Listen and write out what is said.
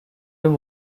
him